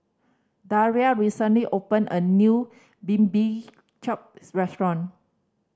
Daria recently opened a new restaurant